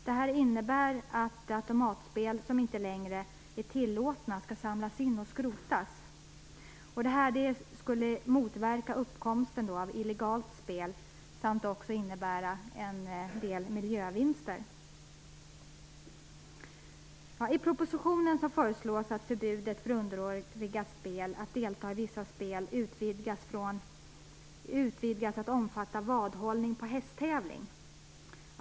Det innebär att automatspel som inte längre är tillåtna skall samlas in och skrotas. Det skulle motverka uppkomsten av illegalt spel samt innebära en del miljövinster. I propositionen föreslås att förbudet för underåriga att delta i vissa spel utvidgas till att även omfatta vadhållning på hästtävling.